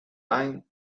line